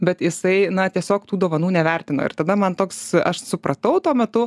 bet jisai na tiesiog tų dovanų nevertino ir tada man toks aš supratau tuo metu